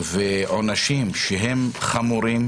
ועונשים שהם חמורים,